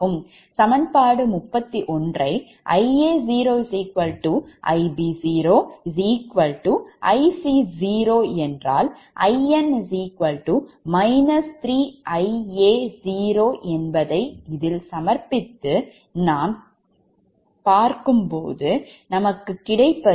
சமன்பாடு 31ன்றை Ia0Ib0Ic0 In 3Ia0 என்பதை இதில் சமர்ப்பித்தால் நமக்கு கிடைப்பது